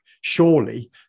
surely